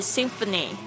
Symphony